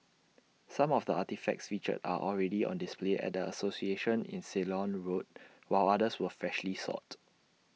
some of the artefacts featured are already on display at the association in Ceylon road while others were freshly sought